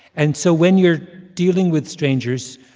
and so when you're dealing with strangers,